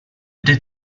did